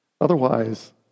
Otherwise